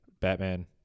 batman